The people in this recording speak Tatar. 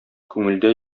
күңелдә